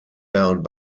bound